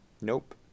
Nope